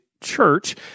church